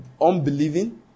unbelieving